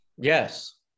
yes